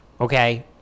okay